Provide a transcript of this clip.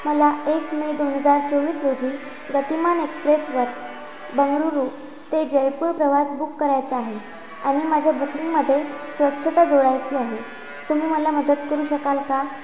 मला एक मे दोन हजार चोवीस रोजी गतिमान एक्सप्रेसवर बंगळुरू ते जयपूर प्रवास बुक करायचा आहे आणि माझ्या बुकिंगमधे स्वच्छता जोडायची आहे तुम्ही मला मदत करू शकाल का